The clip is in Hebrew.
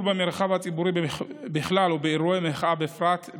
במרחב הציבורי בכלל ובאירועי מחאה בפרט.